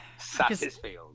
Satisfield